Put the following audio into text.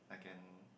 I can